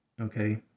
Okay